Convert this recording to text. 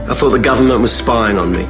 ah thought the government was spying on me,